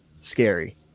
scary